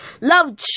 Love